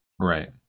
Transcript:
Right